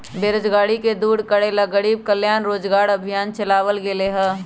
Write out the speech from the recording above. बेरोजगारी के दूर करे ला गरीब कल्याण रोजगार अभियान चलावल गेले है